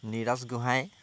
Neeraj Gohain